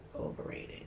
Overrated